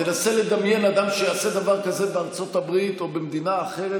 תנסה לדמיין אדם שיעשה דבר כזה בארצות הברית או במדינה אחרת,